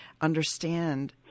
understand